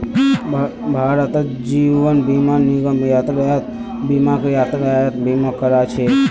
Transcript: भारतत जीवन बीमा निगम यातायात बीमाक यातायात बीमा करा छेक